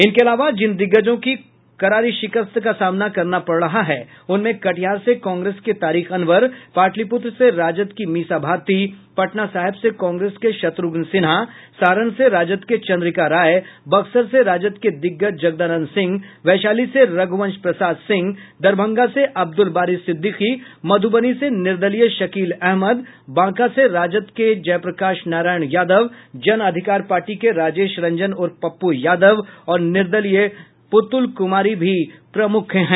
इनके अलावा जिन दिग्गजों को करारी शिकस्त का सामना करना पड़ रहा है उनमें कटिहार से कांग्रेस के तारिक अनवर पाटलीपूत्र से राजद की मीसा भारती पटना साहिब से कांग्रेस के शत्रुघ्न सिन्हा सारण से राजद के चंद्रिका राय बक्सर से राजद के दिग्गज जगदानंद सिंह वैशाली से रघ्रवंश प्रसाद सिंह दरभंगा से अब्दुल बारी सिद्दिकी मध्रबनी से निर्दलीय शकील अहमद बांका से राजद के जयप्रकाश नारयण यादव जन अधिकार पार्टी के राजेश रंजन उर्फ पप्पू यादव और निर्दलीय पुतुल कुमारी प्रमुख हैं